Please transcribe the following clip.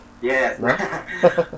Yes